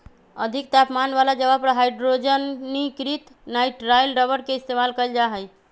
अधिक तापमान वाला जगह पर हाइड्रोजनीकृत नाइट्राइल रबर के इस्तेमाल कइल जा हई